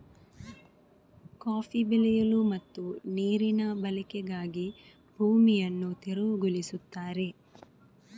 coffee ಬೆಳೆಯಲು ಮತ್ತು ನೀರಿನ ಬಳಕೆಗಾಗಿ ಭೂಮಿಯನ್ನು ತೆರವುಗೊಳಿಸುತ್ತಾರೆ